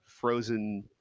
frozen